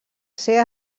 ser